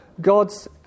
God's